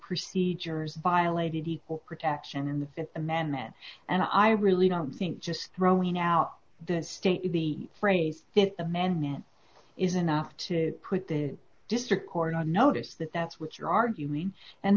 procedures violated equal protection in the th amendment and i really don't think just throwing out the state of the phrase this amendment is enough to put the district court on notice that that's what you're arguing and